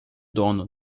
dono